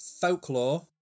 Folklore